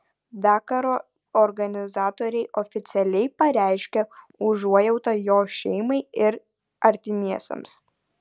dakaro organizatoriai oficialiai pareiškė užuojautą jo šeimai ir artimiesiems